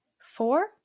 four